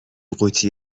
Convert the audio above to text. قوطی